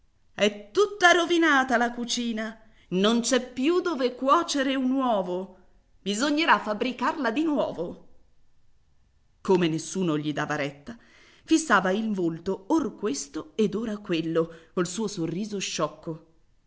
è tutta rovinata la cucina non c'è più dove cuocere un uovo bisognerà fabbricarla di nuovo come nessuno gli dava retta fissava in volto or questo ed ora quello col suo sorriso sciocco